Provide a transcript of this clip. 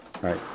right